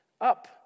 Up